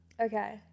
Okay